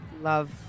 love